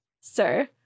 Sir